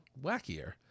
wackier